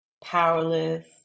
powerless